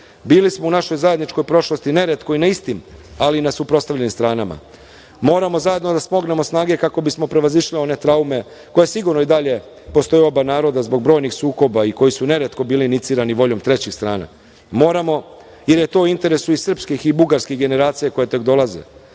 Bili smo u našoj zajedničkoj prošlosti neretko i na istim, ali i na suprotstavljenim stranama. Moramo zajedno da smognemo snage kako bismo prevazišli one traume, koje sigurno i dalje postoje u oba naroda zbog brojnih sukoba i koji su neretko bili inicirani voljom trećih strana. Moramo, jer je to u interesu i srpskih i bugarskih generacija koje tek dolaze.